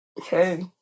okay